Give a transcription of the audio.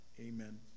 Amen